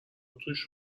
توش